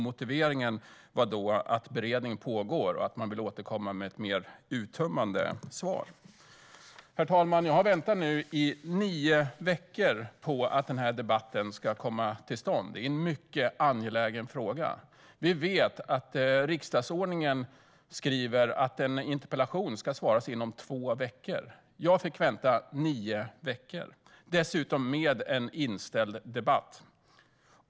Motiveringen var då att beredning pågår och att man ville återkomma med ett mer uttömmande svar. Herr talman! Jag har nu väntat i nio veckor på att debatten ska komma till stånd. Detta är en mycket angelägen fråga. Vi vet att riksdagsordningen anger att en interpellation ska besvaras inom två veckor. Jag fick vänta i nio veckor, dessutom med en inställd debatt.